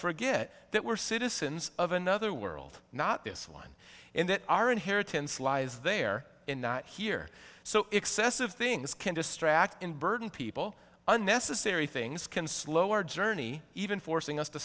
forget that we're citizens of another world not this one in that our inheritance lies there in here so excessive things can distract and burden people unnecessary things can slow our journey even forcing us to